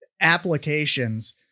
applications